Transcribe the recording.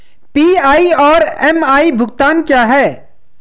PI और MI भुगतान क्या हैं?